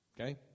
okay